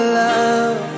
love